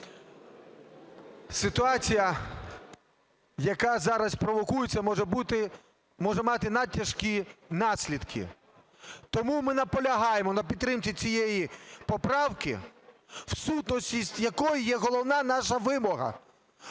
Ситуація, яка зараз провокується, може мати надтяжкі наслідки. Тому ми наполягаємо на підтримці цієї поправки, в сутності якої є головна наша вимога: